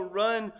run